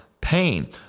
pain